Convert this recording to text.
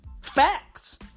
Facts